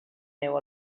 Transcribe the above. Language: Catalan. neu